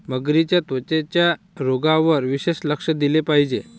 मगरींच्या त्वचेच्या रोगांवर विशेष लक्ष दिले पाहिजे